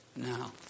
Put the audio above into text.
Now